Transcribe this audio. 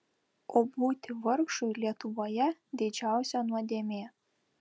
o būti vargšui lietuvoje didžiausia nuodėmė